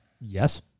Yes